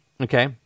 Okay